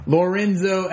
Lorenzo